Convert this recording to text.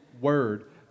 word